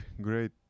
great